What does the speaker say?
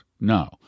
No